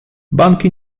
banki